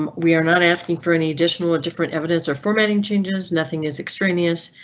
um we are not asking for any additional or different evidence or formatting changes. nothing is extraneous,